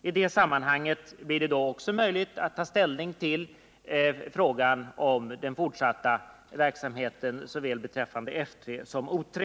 I det sammanhanget blir det möjligt att ta ställning till frågan om den fortsatta verksamheten beträffande såväl F 3 som O 3.